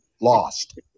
lost